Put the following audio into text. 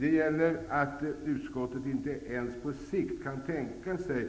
Det gäller att utskottet inte ens på sikt kan tänka sig